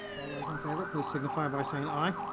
all those in favor, please signify by saying aye.